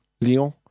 Lyon